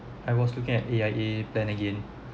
I was looking at A_I_A plan again